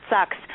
sucks